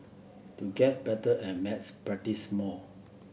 to get better at maths practice more